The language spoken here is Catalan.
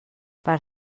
per